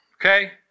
okay